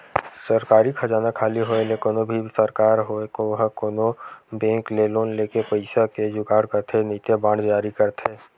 सरकारी खजाना खाली होय ले कोनो भी सरकार होय ओहा कोनो बेंक ले लोन लेके पइसा के जुगाड़ करथे नइते बांड जारी करथे